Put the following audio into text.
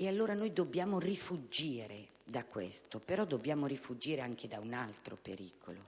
Allora, dobbiamo rifuggire da questo, ma anche da un altro pericolo,